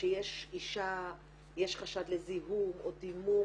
שיש חשד לזיהום או דימום